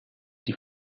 die